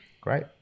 Great